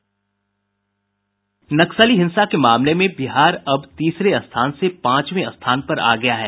नक्सली हिंसा के मामले में बिहार अब तीसरे स्थान से पांचवें स्थान पर आ गया है